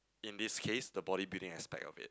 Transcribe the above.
in this case the bodybuilding aspect of it